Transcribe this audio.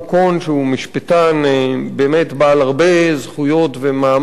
שהוא משפטן בעל הרבה זכויות ומעמד,